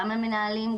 גם המנהלים,